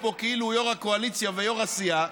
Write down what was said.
פה כאילו הוא יו"ר הקואליציה ויו"ר הסיעה,